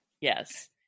Yes